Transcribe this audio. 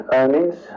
earnings